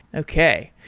okay.